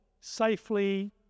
safely